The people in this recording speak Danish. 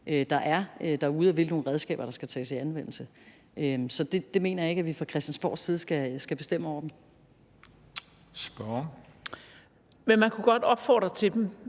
er derude, og hvilke redskaber der skal tages i anvendelse. Så det mener jeg ikke at vi fra Christiansborgs side skal bestemme over. Kl. 18:07 Den fg. formand